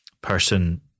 person